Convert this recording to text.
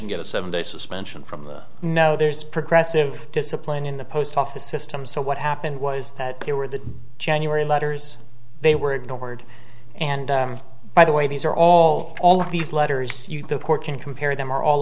genuine get a seven day suspension from the no there's progressive discipline in the post office system so what happened was that there were the january letters they were ignored and by the way these are all all of these letters you the court can compare them are all